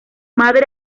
madre